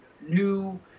new